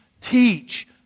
teach